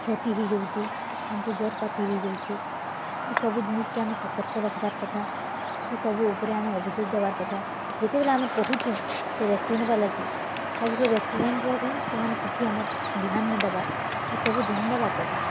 କ୍ଷତି ହେଇଯାଉଚେ ଆମକୁ୍ ଜର୍ ପାତି ହେଇଯାଉଚି ଇ ସବୁ ଜିନିଷ୍କେ ଆମେ ସତର୍କ ରଖ୍ବାର୍ କଥା ଏ ସବୁ ଉପରେ ଆମେ ଅଭିଯୋଗ୍ ଦେବାର୍ କଥା ଯେତେବେଲେ ଆମେ କହୁଚୁଁ ସେ ରେଷ୍ଟୁରାଣ୍ଟ୍ ବାଲାକି ବାକି ସେ ରେଷ୍ଟୁରାଣ୍ଟର ସେମାନେ କିଛି ଆମର୍ ଧିଆନ୍ ନାଇ ଦେବା ଏ ସବୁ ଧ୍ୟାନ୍ ଦେବାର୍ କଥା